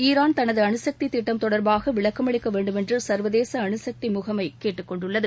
Iran தனது அனுசக்தி திட்டம் தொடர்பாக விளக்கமளிக்க வேண்டுமென்று சர்வதேச அனுசக்தி முகமைக் கேட்டுக் கொண்டுள்ளது